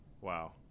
Wow